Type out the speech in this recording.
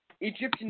Egyptian